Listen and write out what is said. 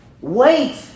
wait